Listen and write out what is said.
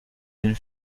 den